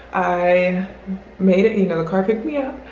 i made it, you know the car picked me up.